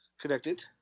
connected